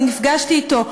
נפגשתי אתו.